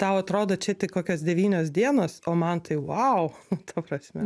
tau atrodo čia tik kokios devynios dienos o man tai vau ta prasme